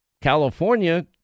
California